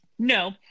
No